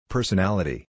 Personality